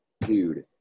Dude